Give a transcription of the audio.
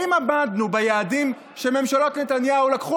האם עמדנו ביעדים שממשלות נתניהו לקחו